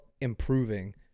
improving